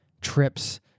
trips